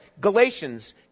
Galatians